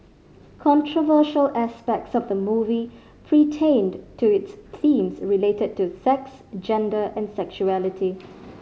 controversial aspects of the movie pertained to its themes related to sex gender and sexuality